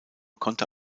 konnte